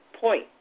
point